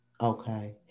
okay